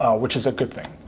which is a good thing.